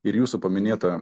ir jūsų paminėta